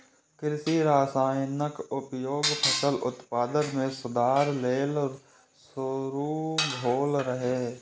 कृषि रसायनक उपयोग फसल उत्पादन मे सुधार लेल शुरू भेल रहै